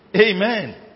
Amen